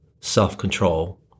self-control